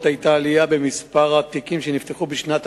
הוא שוחרר בתום החקירה בשעה